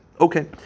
Okay